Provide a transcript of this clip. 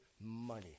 money